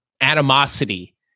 animosity